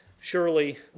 surely